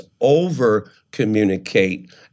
over-communicate